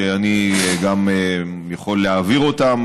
שאני גם יכול להעביר אותם,